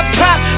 pop